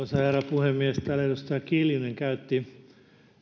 puhemies täällä edustaja kiljunen käytti